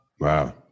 Wow